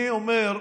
אני אומר,